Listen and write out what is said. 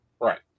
Right